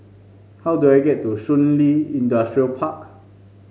how do I get to Shun Li Industrial Park